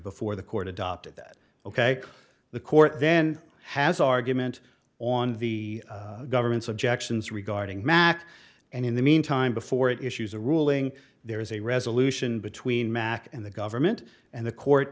before the court adopted that ok the court then has argument on the government's objections regarding mack and in the meantime before it issues a ruling there is a resolution between mack and the government and the court